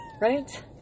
Right